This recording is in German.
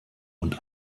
und